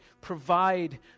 provide